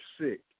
sick